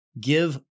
give